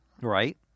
Right